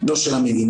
לא של המדינה.